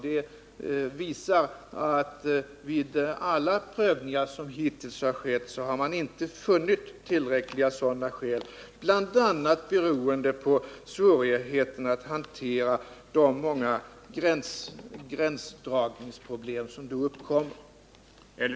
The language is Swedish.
Detta visar att man vid alla prövningar som hittills har skett inte har funnit tillräckligt starka skäl, bl.a. beroende på svårigheten att hantera de många gränsdragningsproblem som då uppkommer.